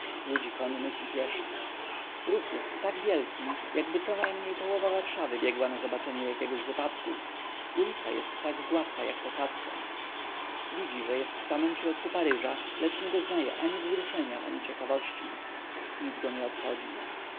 ludzi konnych i pieszych ruch jest tak wielki jakgdyby conajmniej połowa warszawy biegła na zobaczenie jakiegoś wypadku ulica jest tak gładka jak posadzka widzi że jest w samym środku paryża lecz nie doznaje ani wzruszenia ani ciekawości nic go nie obchodzi